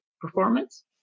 performance